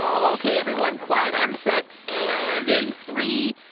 ok, everyone. quiet on set. and in three,